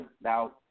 Now